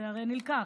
זה הרי נלקח,